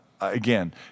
again